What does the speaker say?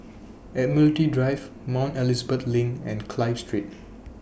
Admiralty Drive Mount Elizabeth LINK and Clive Street